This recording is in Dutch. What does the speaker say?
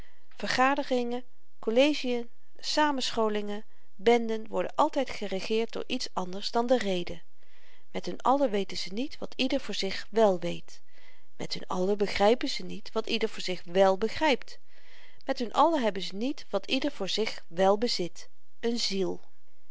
vergaderingen kollegien samenscholingen benden worden altyd geregeerd door iets anders dan de rede met hun allen weten ze niet wat ieder voor zich wèl weet met hun allen begrypen ze niet wat ieder voor zich wèl begrypt met hun allen hebben ze niet wat ieder voor zich wèl bezit een ziel